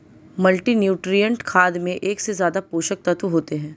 multinutrient खाद में एक से ज्यादा पोषक तत्त्व होते है